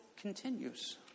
continues